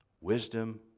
wisdom